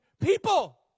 people